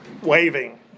waving